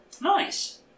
Nice